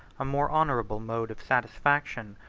a more honorable mode of satisfaction.